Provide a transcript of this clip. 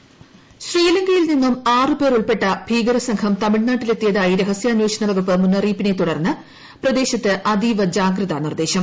Trichy intro ശ്രീലങ്കയിൽ നിന്നും ആറ് പേർ ഉൾപ്പെട്ട ഭീകര സംഘം തമിഴ്നാട്ടിലെത്തിയതായി രഹസ്വാന്വേഷണ വകുപ്പ് മുന്നറിയിപ്പിനെ തുടർന്ന് പ്രദേശത്ത് അതീവ ജാഗ്രതാ നിർദ്ദേശം